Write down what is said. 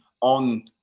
on